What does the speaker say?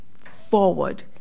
forward